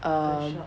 um